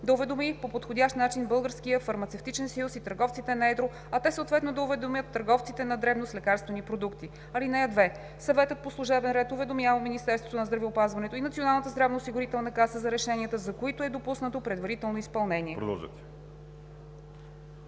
да уведоми по подходящ начин Българския фармацевтичен съюз и търговците на едро, а те съответно да уведомят търговците на дребно с лекарствени продукти. (2) Съветът по служебен ред уведомява Министерството на здравеопазването и Националната здравноосигурителна каса за решенията, за които е допуснато предварително изпълнение.“ По